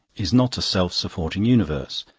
is not a self-supporting universe.